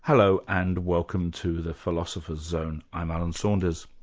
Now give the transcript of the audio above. hello, and welcome to the philosopher's zone. i'm alan saunders.